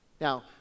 Now